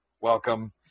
Welcome